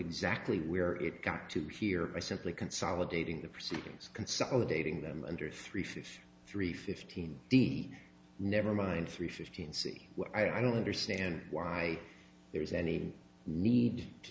exactly where it got to here by simply consolidating the proceedings consolidating them under three fifty three fifteen d never mind three fifteen see i don't understand why there is any need to